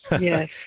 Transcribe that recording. Yes